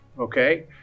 Okay